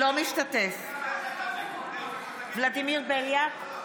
אינו משתתף בהצבעה ולדימיר בליאק,